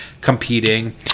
competing